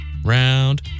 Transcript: Round